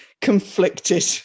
conflicted